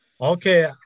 Okay